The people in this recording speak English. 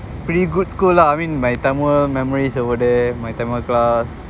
it's pretty good school lah I mean my tamil memories over there my tamil class